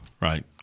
right